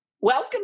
Welcome